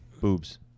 boobs